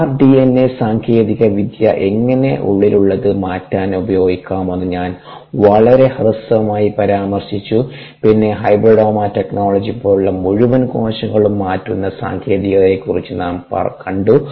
rDNA സാങ്കേതികവിദ്യ എങ്ങനെ ഉള്ളിലുള്ളത് മാറ്റാൻ ഉപയോഗിക്കാമെന്ന് ഞാൻ വളരെ ഹ്രസ്വമായി പരാമർശിച്ചു പിന്നെ ഹൈബ്രിഡോമ ടെക്നോളജി പോലുള്ള മുഴുവൻ കോശങ്ങളും മാറ്റുന്ന സാങ്കേതികതകളെക്കുറിച്ച് നാം കണ്ടു